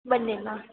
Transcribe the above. બંનેમાં